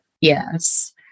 Yes